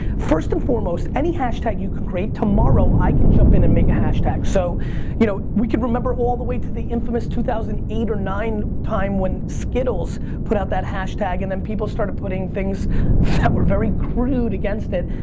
first and foremost, any hashtag you can create, tomorrow i can jump in and make a hashtag. so you know we can remember all the way to the infamous two thousand and eight or nine time when skittles put out that hashtag and then people started putting things that were very crude against it,